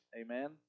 amen